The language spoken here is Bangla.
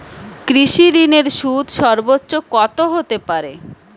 কৃষিঋণের সুদ সর্বোচ্চ কত হতে পারে?